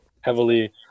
heavily